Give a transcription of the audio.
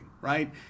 right